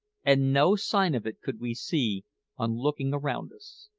and no sign of it could we see on looking around us.